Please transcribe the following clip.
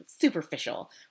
superficial